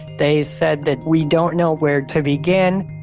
they said that, we don't know where to begin.